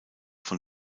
von